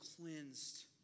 cleansed